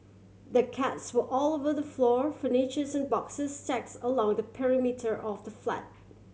the cats were all over the floor furnitures and boxes stacks along the perimeter of the flat